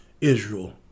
Israel